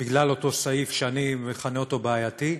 בגלל אותו סעיף שאני מכנה אותו בעייתי.